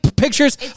pictures